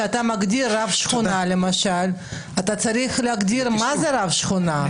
כשאתה מגדיר רב שכונה למשל אתה צריך להגדיר מה זה רב שכונה.